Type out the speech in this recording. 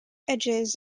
edges